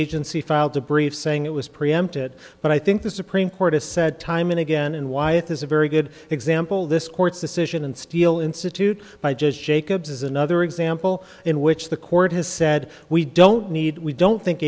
agency filed a brief saying it was preempted but i think the supreme court has said time and again and why it is a very good example this court's decision and steel institute by just jacobs is another example in which the court has said we don't need we don't think